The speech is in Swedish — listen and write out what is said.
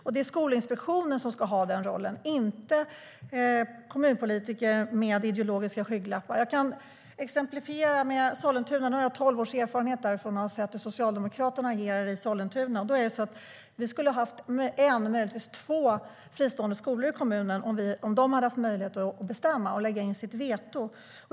Och det är Skolinspektionen som ska ha den rollen, inte kommunpolitiker med ideologiska skygglappar. Jag kan exemplifiera med Sollentuna. Jag har tolv års erfarenhet därifrån och har sett hur Socialdemokraterna agerar i Sollentuna. Vi skulle ha haft en eller möjligtvis två fristående skolor i kommunen om de hade haft möjlighet att bestämma och lägga in sitt veto.